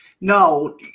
No